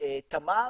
תמר